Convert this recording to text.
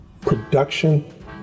production